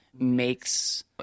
makes